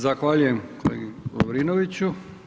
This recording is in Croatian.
Zahvaljujem kolegi Lovrinoviću.